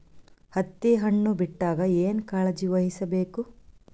ಹತ್ತಿ ಹಣ್ಣು ಬಿಟ್ಟಾಗ ಏನ ಕಾಳಜಿ ವಹಿಸ ಬೇಕು?